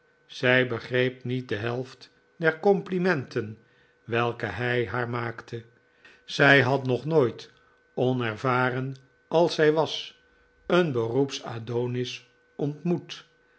zij begreep niet de helft der complimenten welke hij haar maakte zij had nog nooit onervaren als zij was een beroeps adonis ontmoet